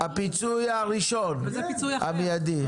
כן, הפיצוי הראשון, המיידי.